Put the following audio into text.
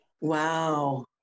Wow